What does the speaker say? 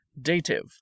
Dative